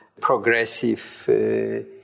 progressive